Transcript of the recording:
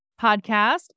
podcast